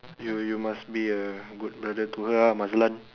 you you must a good brother to her ah Mazlan